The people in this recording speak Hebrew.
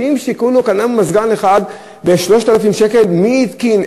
שבסך הכול קנו מזגן אחד ב-3,000 שקל: מי התקין?